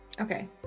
okay